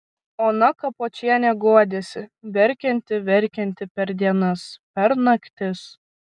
ona kapočienė guodėsi verkianti verkianti per dienas per naktis